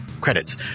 credits